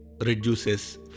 reduces